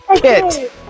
kit